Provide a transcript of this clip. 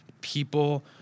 people